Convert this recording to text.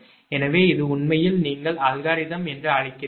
எனவே இது உண்மையில் நீங்கள் அல்காரிதம் என்று அழைக்கிறீர்கள்